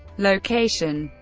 location